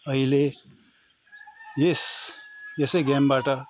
अहिले यस यसै गेमबाट